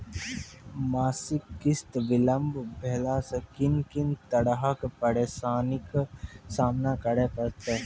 मासिक किस्त बिलम्ब भेलासॅ कून कून तरहक परेशानीक सामना करे परतै?